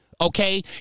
Okay